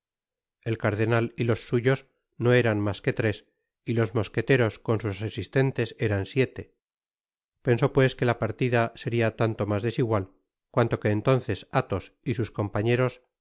el cardenal y los suyos no ecan mas que tres y los mosqueteros con sus asistentes eran siete pensó pues que la parlida seriabanto mas desigual cuanto que entonces athos y sus compañeros